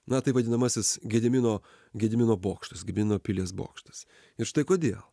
na taip vadinamasis gedimino gedimino bokštas gedimino pilies bokštas ir štai kodėl